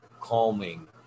calming